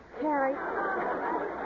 Carrie